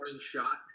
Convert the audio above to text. shot